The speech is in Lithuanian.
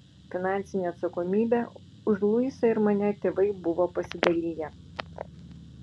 finansinę atsakomybę už luisą ir mane tėvai buvo pasidaliję